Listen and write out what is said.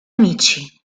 amici